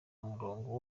murongo